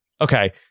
Okay